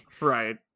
Right